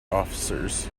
officers